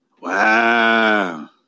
Wow